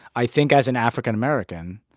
i think as an african-american,